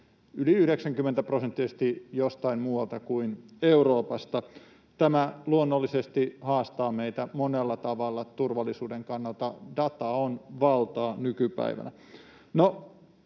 yli 90‑prosenttisesti jostain muualta kuin Euroopasta. Tämä luonnollisesti haastaa meitä monella tavalla turvallisuuden kannalta. Data on valtaa nykypäivänä.